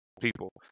people